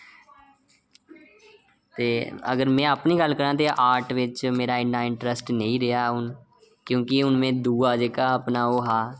ते अगर में अपनी गल्ल करां ते आर्ट बिच मेरा इन्ना इंट्रस्ट नेईं रेहा हून क्योंकी में दूआ जेह्का अपना ओह् हा